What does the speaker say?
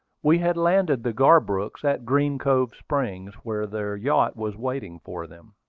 we had landed the garbrooks at green cove springs, where their yacht was waiting for them.